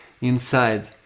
inside